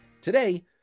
Today